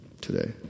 today